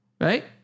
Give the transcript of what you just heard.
Right